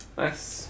Nice